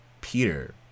Peter